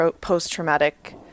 post-traumatic